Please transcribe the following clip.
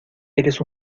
eres